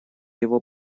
его